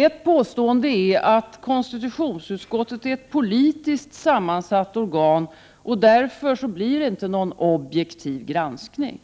Ett påstående är att KU är ett politiskt sammansatt organ och att det därför inte blir en objektiv granskning.